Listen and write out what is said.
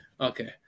Okay